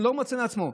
לא מוציא מעצמו.